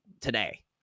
today